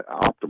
optimal